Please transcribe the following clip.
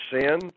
sin